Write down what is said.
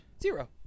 Zero